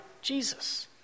Jesus